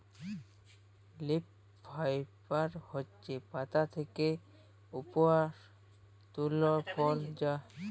leaf fibre হছে পাতা থ্যাকে পাউয়া তলতু ফল যার বহুত উপকরল আসে